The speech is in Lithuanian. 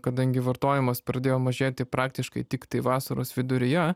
kadangi vartojimas pradėjo mažėti praktiškai tiktai vasaros viduryje